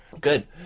Good